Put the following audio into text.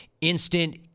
instant